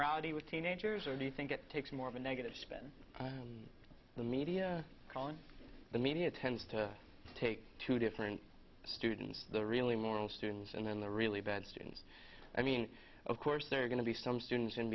morality with teenagers or do you think it takes more of a negative spin the media calling the media tends to take two different students the really moral students and then the really bad students i mean of course there are going to be some students in